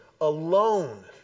alone